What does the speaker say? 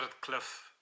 Cliff